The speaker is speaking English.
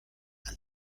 and